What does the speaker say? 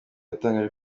yatangaje